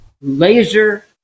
Laser